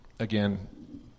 Again